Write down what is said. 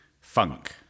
Funk